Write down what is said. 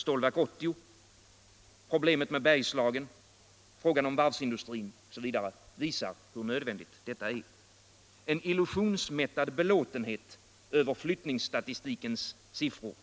Stålverk 80, Bergslagen och varvsindustrin visar hur nödvändigt detta är. En illusionsmättad belåtenhet över flyttningsstatistikens siffror